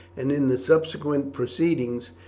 and in the subsequent proceedings.